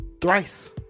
thrice